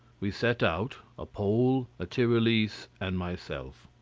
we set out a pole, a tyrolese, and myself.